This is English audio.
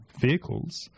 vehicles